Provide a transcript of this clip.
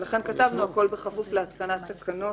לכן כתבנו: "הכול בכפוף להתקנת תקנות